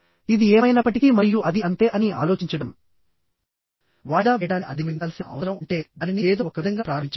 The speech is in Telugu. ఇది ఏమైనప్పటికీ మరియు అది అంతే అని ఆలోచించడం వాయిదా వేయడాన్ని అధిగమించాల్సిన అవసరం అంటే దానిని ఏదో ఒకవిధంగా ప్రారంభించడం